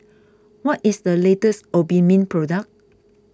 what is the latest Obimin product